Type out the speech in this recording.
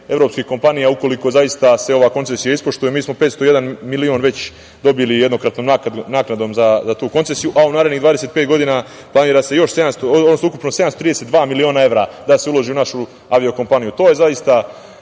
evropskih kompanija ukoliko se ova koncesija ispoštuje. Mi smo 501 milion već dobili jednokratnom naknadom za tu koncesiju, a u narednih 25 godina planira se ukupno 732 miliona evra da se uloži u našu avio-kompaniju. To je zaista